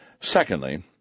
Secondly